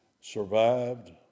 survived